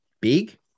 big